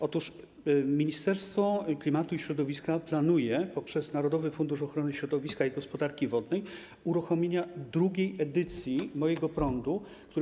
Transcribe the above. Otóż Ministerstwo Klimatu i Środowiska planuje - poprzez Narodowy Fundusz Ochrony Środowiska i Gospodarki Wodnej - uruchomienie drugiej edycji programu „Mój prąd”